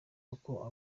kuko